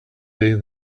day